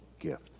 gift